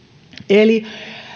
eli